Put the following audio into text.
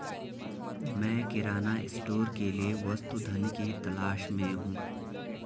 मैं किराना स्टोर के लिए वस्तु धन की तलाश में हूं